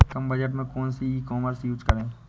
कम budget में कौन सी ई कॉमर्स यूज़ करें?